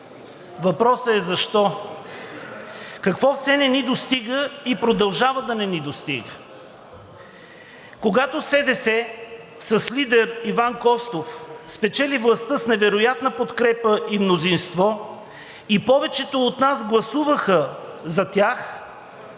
Въпросът е защо? Какво все не ни достига и продължава да не ни достига? Когато СДС с лидер Иван Костов спечели властта с невероятна подкрепа и мнозинство – и повечето от нас гласуваха за тях,